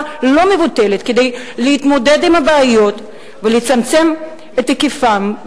לא מבוטלת כדי להתמודד עם הבעיות ולצמצם את היקפן,